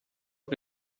que